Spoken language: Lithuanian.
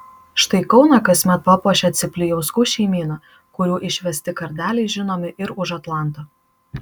štai kauną kasmet papuošia ciplijauskų šeimyna kurių išvesti kardeliai žinomi ir už atlanto